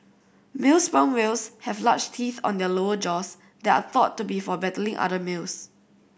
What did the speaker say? male sperm whales have large teeth on their lower jaws that are thought to be for battling other males